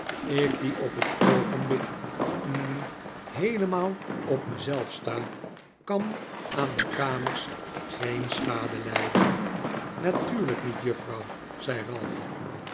ik die op het oogenblik hm heelemaal op mezelf sta kan aan die kamers geen schade lijden natuurlijk niet juffrouw zei ralph